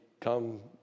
come